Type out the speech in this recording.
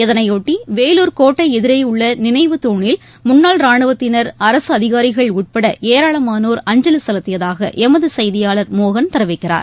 இதனையொட்டி வேலூர் கோட்டை எதிரே உள்ள நினைவுத்தூணில் முன்னாள் ராணுவத்தினர் அரசு அதிகாரிகள் உட்பட ஏராளமானோர் அஞ்சலி செலுத்தியதாக எமது செய்தியாளர் மோகன் தெரிவிக்கிறார்